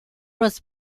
was